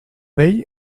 vell